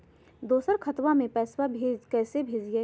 दोसर खतबा में पैसबा कैसे भेजिए?